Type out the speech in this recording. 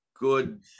good